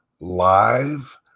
live